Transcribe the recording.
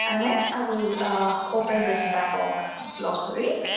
and next, i will open this babok glossary